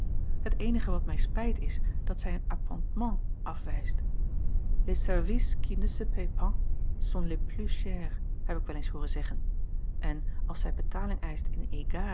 het eenige wat mij spijt is dat zij een appointement afwijst les services qui ne se payent pas sont les plus chers heb ik wel eens hooren zeggen en als zij betaling eischt in